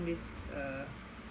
uh